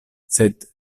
sed